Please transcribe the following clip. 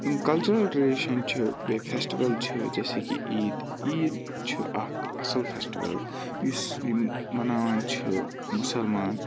یِم cultural tradition چھِ بیٚیہِ فیٚسٹِوَل چھِ جیسے کہِ عیٖد عیٖد چھِ اَکھ اَصل فیٚسٹِول یُس یِم مَناوان چھِ مُسَلمان